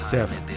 Seven